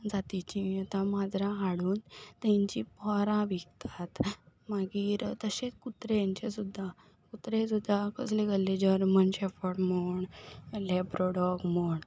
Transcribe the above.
जातीचीं आतां माजरां हाडून तेंचीं पोरां विकतात मागीर तशेंच कुत्र्यांचें सुद्दा कुत्रे सुद्दा कसले कसले जर्मन शॅपर्ड म्हण लेब्रडॉग म्हण